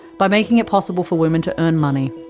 by making it possible for women to earn money,